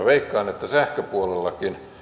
veikkaan että sähköpuolellakin